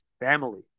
family